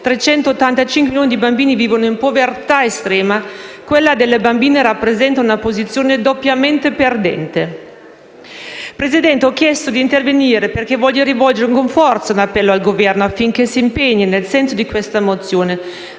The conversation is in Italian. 385 milioni di bambini vivono in povertà estrema - quella delle bambine rappresenta una posizione doppiamente perdente. Signor Presidente, ho chiesto di intervenire perché voglio rivolgere con forza un appello al Governo affinché si impegni nel senso di questa mozione,